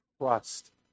trust